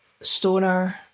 stoner